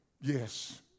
yes